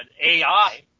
AI